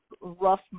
rough